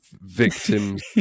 victims